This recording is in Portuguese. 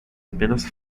apenas